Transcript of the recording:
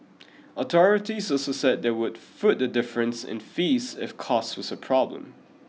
authorities also said they would foot the difference in fees if cost was a problem